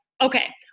okay